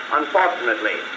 unfortunately